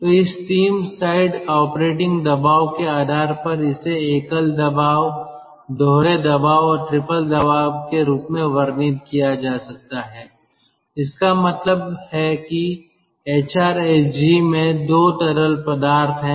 तो इस steam side operating दबाव के आधार पर इसे एकल दबाव दोहरे दबाव और ट्रिपल दबाव के रूप में वर्णित किया जा सकता है इसका मतलब है कि HRSG में 2 तरल पदार्थ हैं